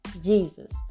Jesus